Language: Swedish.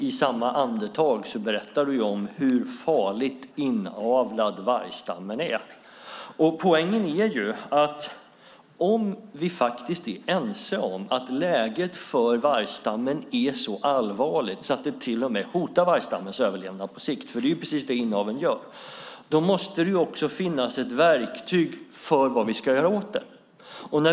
I samma andetag berättar du om hur farligt inavlad vargstammen är. Poängen är att om vi är ense om att läget för vargstammen är så allvarligt att vargstammens överlevnad på sikt till och med är hotad, för det är precis det som inaveln gör, måste vi ha ett verktyg för att göra något åt det.